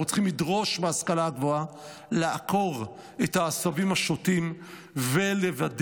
אנחנו צריכים לדרוש מההשכלה הגבוהה לעקור את העשבים השוטים ולוודא